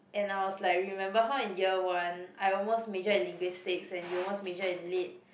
and I was like remember how in year one I almost majored in Linguistics and you almost majored in lit